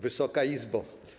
Wysoka Izbo!